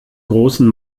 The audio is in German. großen